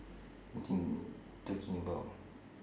I think talking about